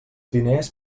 diners